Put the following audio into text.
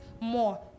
more